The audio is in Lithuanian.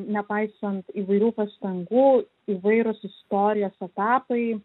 nepaisant įvairių pastangų įvairūs istorijos etapai